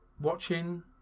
watching